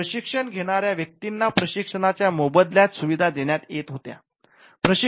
प्रशिक्षण घेणाऱ्या व्यक्तींना प्रशिक्षणाच्या मोबदल्यात सुविधा देण्यात येत होत्या